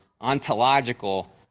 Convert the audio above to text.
ontological